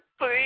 please